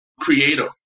creative